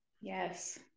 Yes